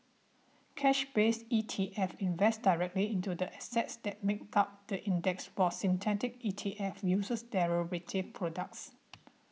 cash based E T F invest directly into the assets that make up the index while synthetic E T F use derivative products